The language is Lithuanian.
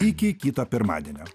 iki kito pirmadienio